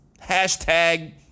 #hashtag